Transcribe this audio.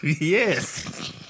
Yes